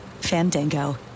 Fandango